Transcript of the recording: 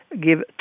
give